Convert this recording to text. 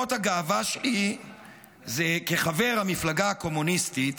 ממקורות הגאווה, כחבר המפלגה הקומוניסטית,